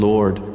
Lord